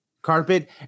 carpet